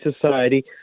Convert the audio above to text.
Society